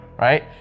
Right